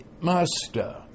Master